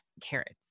carrots